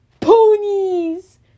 Ponies